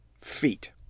feet